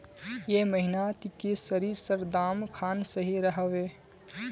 ए महीनात की सरिसर दाम खान सही रोहवे?